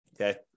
okay